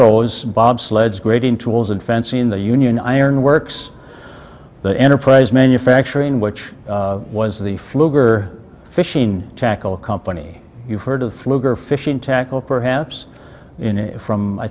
eroes bobsleds grading tools and fencing in the union iron works the enterprise manufacturing which was the pfluger fishing tackle company you've heard of fluker fishing tackle perhaps in from i